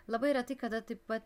labai retai kada taip vat